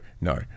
no